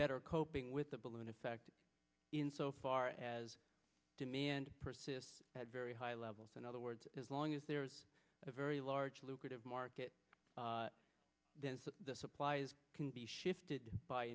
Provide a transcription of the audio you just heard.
etter coping with the balloon effect in so far as demand persists at very high levels in other words as long as there is a very large lucrative market then the supplies can be shifted by